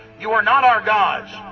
you are not our gods,